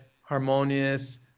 harmonious